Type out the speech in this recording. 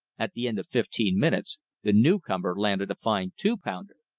at the end of fifteen minutes the newcomer landed a fine two-pounder.